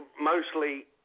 mostly